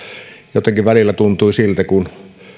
jotenkin välillä tuntui siltä kun